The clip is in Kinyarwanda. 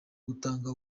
gutanga